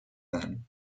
then